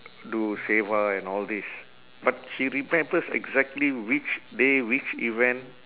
to do seva and all these but she remembers exactly which day which event